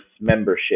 membership